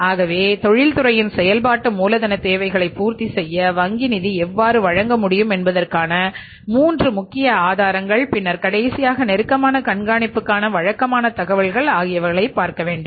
ஆகவே தொழில்துறையின் செயல்பாட்டு மூலதனத் தேவைகளை பூர்த்தி செய்ய வங்கி நிதி எவ்வாறு வழங்க முடியும் என்பதற்கான 3 முக்கிய ஆதாரங்கள் பின்னர் கடைசியாக நெருக்கமான கண்காணிப்புக்கான வழக்கமான தகவல்கள் ஆகியவைகளை பார்க்கவேண்டும்